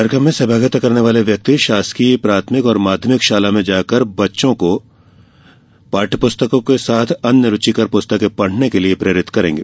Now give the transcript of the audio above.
कार्यक्रम में सहभागिता करने वाले व्यक्ति शासकीय प्राथमिक और माध्यमिक शाला में जाकर बच्चों को पाठ्य पुस्तकों के साथ अन्य रुचिकर पुस्तकें पढ़ने के लिये प्रेरित करेंगे